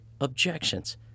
objections